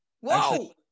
Whoa